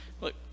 Look